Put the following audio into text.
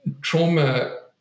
trauma